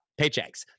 paychecks